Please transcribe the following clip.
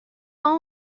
اون